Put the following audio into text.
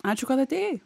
ačiū kad atėjai